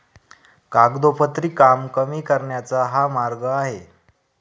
कागदोपत्री काम कमी करण्याचा हा मार्ग आहे